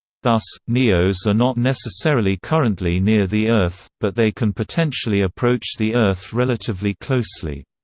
thus, neos are not necessarily currently near the earth, but they can potentially approach the earth relatively closely.